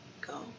go